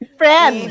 friend